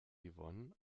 yvonne